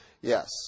yes